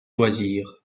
loisirs